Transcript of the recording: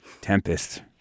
Tempest